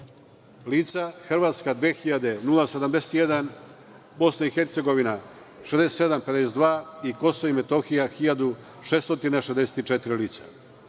lica, Hrvatska 2.071, Bosna i Hercegovina 6.752 i Kosovo i Metohija 1.664 lica.